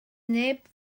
neb